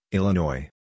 Illinois